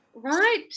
Right